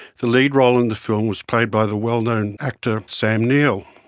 the lead role in the film was played by the well-known actor sam neill.